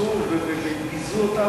רמסו וביזו אותם,